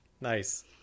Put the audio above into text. Nice